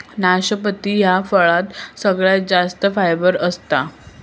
नाशपती ह्या फळात सगळ्यात जास्त फायबर असता